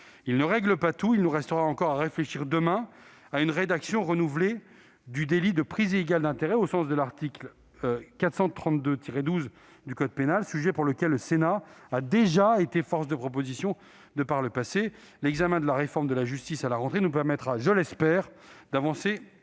ne règle pas tout ; il nous restera à réfléchir, demain, à une rédaction renouvelée du délit de prise illégale d'intérêts, au sens de l'article 432-12 du code pénal. Le Sénat a déjà été force de proposition sur cette question par le passé. L'examen de la réforme de la justice à la rentrée nous permettra, je l'espère, d'avancer sur ce point.